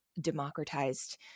democratized